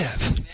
live